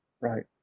Right